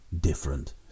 different